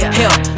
help